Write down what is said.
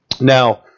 Now